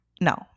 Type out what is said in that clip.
No